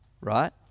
right